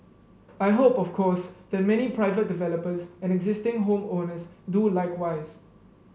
I hope of course that many private developers and existing home owners do likewise